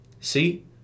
See